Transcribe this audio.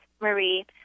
Marie